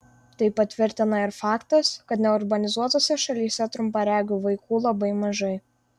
tai patvirtina ir faktas kad neurbanizuotose šalyse trumparegių vaikų labai mažai